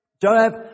Joab